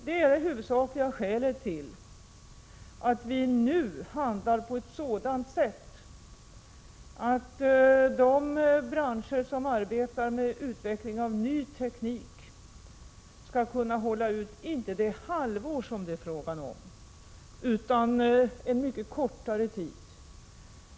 Det är det huvudsakliga skälet till att vi nu handlar på ett sätt som gör att de branscher som arbetar med utveckling av ny teknik skall kunna hålla ut, men det är då inte fråga om ett halvår utan om en mycket kortare tid.